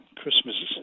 Christmas